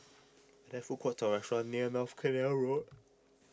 there food courts or restaurants near North Canal Road